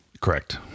Correct